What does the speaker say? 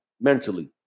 mentally